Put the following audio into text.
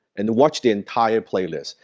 and watch the entire playlist.